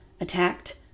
attacked